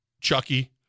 Chucky